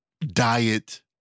diet